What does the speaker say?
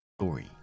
Story